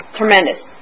tremendous